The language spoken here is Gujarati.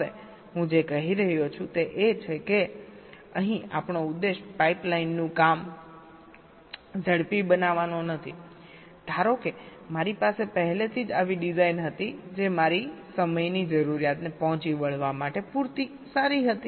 હવે હું જે કહી રહ્યો છું તે એ છે કે અહીં આપણો ઉદ્દેશ પાઇપ લાઇનનું કામ ઝડપી બનાવવાનો નથી ધારો કે મારી પાસે પહેલેથી જ આવી ડિઝાઇન હતી જે મારી સમયની જરૂરિયાતને પહોંચી વળવા માટે પૂરતી સારી હતી